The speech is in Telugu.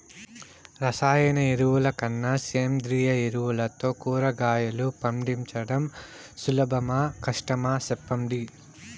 రసాయన ఎరువుల కన్నా సేంద్రియ ఎరువులతో కూరగాయలు పండించడం సులభమా కష్టమా సెప్పండి